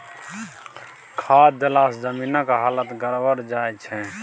खाद देलासँ जमीनक हालत गड़बड़ा जाय छै